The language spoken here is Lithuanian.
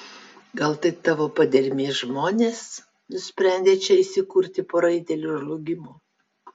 gal tai tavo padermės žmonės nusprendę čia įsikurti po raitelių žlugimo